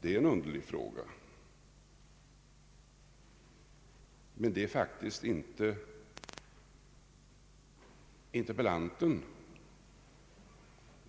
Det är en underlig fråga, men det är faktiskt inte interpellanten